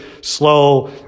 slow